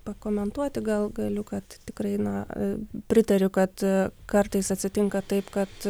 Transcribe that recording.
pakomentuoti gal galiu kad tikrai na pritariu kad kartais atsitinka taip kad